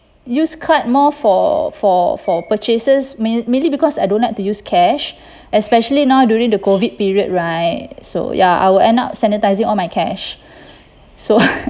use card more for for for purchases main mainly because I don't like to use cash especially now during the COVID period right so ya I will end up sanitizing all my cash so